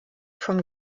vom